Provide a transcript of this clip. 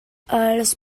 els